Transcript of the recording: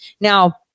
Now